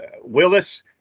Willis